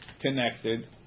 connected